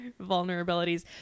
vulnerabilities